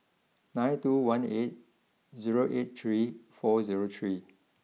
nine two one eight zero eight three four zero three